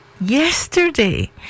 yesterday